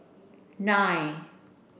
nine